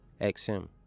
xm